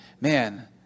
man